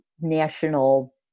national